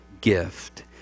gift